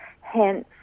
Hence